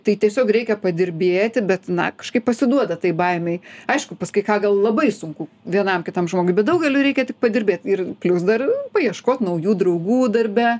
tai tiesiog reikia padirbėti bet na kažkaip pasiduoda tai baimei aišku pas kai ką gal labai sunku vienam kitam žmogui bet daugeliui reikia tik padirbėt ir plius dar paieškot naujų draugų darbe